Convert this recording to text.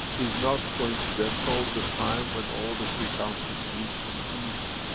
is not coincidental, the time when all the three councils meet for peace.